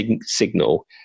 signal